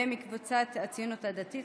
קבוצת סיעת הציונות הדתית,